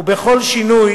וכל שינוי,